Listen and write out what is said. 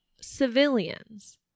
civilians